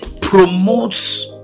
promotes